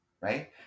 right